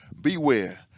Beware